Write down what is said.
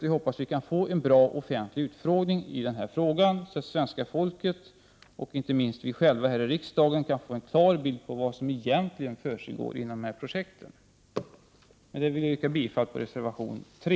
Vi hoppas att vi kan få en bra offentlig utfrågning, så att svenska folket och inte minst vi själva här i riksdagen kan få en klar bild av vad som egentligen försiggår i de här projekten. Jag yrkar bifall till reservation 3.